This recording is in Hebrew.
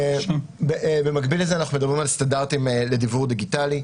במקביל, אנחנו מדברים על סטנדרטים לדיוור דיגיטלי.